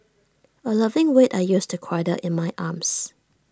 A loving weight I used to cradle in my arms